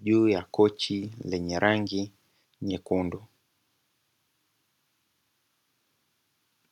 juu ya kochi zenye rangi nyekundu.